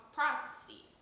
prophecy